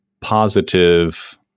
positive